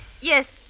Yes